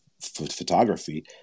photography